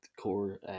core